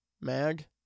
Mag